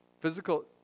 Physical